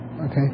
Okay